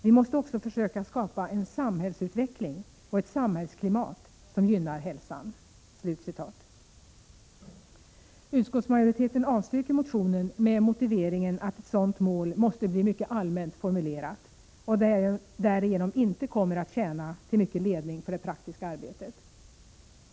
Vi måste också försöka skapa en samhällsutveckling och ett samhällsklimat som gynnar hälsan.” Utskottsmajoriteten avstyrker motionen med motiveringen att ett sådant mål måste bli mycket allmänt formulerat och därigenom inte kommer att tjäna till mycket ledning för det praktiska arbetet.